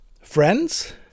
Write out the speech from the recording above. friends